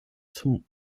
zum